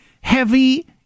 heavy